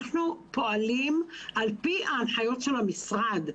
אנחנו פועלים על פי ההנחיות של המשרד.